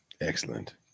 Excellent